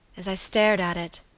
as i stared at it,